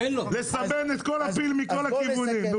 לסבן את כל הפיל מכל הכיוונים.